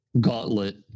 gauntlet